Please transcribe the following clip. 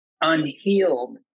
unhealed